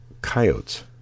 coyotes